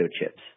chips